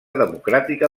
democràtica